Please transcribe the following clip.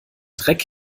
dreck